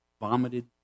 Vomited